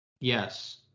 Yes